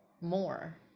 more